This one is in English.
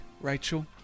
Rachel